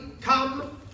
come